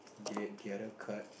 the the other card